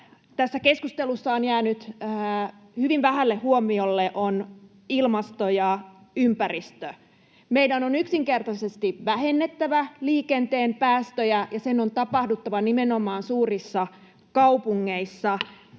tässä keskustelussa on jäänyt hyvin vähälle huomiolle, on ilmasto ja ympäristö. Meidän on yksinkertaisesti vähennettävä liikenteen päästöjä, ja sen on tapahduttava nimenomaan suurissa kaupungeissa